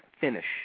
finish